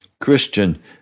Christian